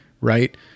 right